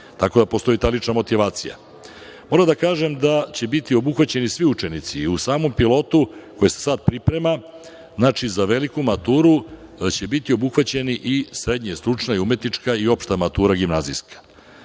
tako da postoji ta lična motivacija. Moram da kažem da će biti obuhvaćeni svi učenici i u samom pilotu koji se sad priprema za veliku maturu će biti obuhvaćeni i srednje stručne, umetnička i opšta matura gimnazijska. Ako